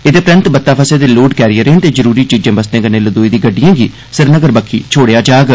एहदे परैन्त बत्त फसे दे लोड कैरियरें ते जरूरी चीजें बस्तें कन्नै लदोई दी गड्डिएं गी श्रीनगर बक्खी छोड़ेआ जाग